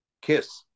kiss